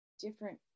different